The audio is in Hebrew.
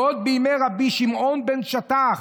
ועוד בימי רבי שמעון בן שטח,